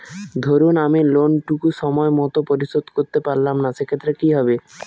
ধরুন আমি লোন টুকু সময় মত পরিশোধ করতে পারলাম না সেক্ষেত্রে কি হবে?